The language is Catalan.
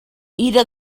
ira